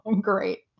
Great